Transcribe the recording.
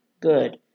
good